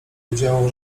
wiedziało